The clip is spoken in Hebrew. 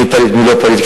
מי פליט ומי לא פליט.